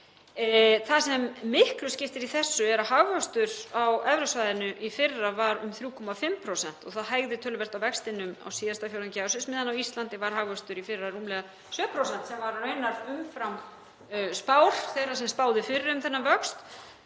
Það sem miklu skiptir í þessu er að hagvöxtur á evrusvæðinu í fyrra var um 3,5% og það hægði töluvert á vextinum á síðasta fjórðungi ársins á meðan á Íslandi var hagvöxtur í fyrra rúmlega 7%, sem var raunar umfram spár þeirra sem spáðu fyrir um þennan vöxt.